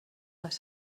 les